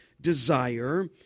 desire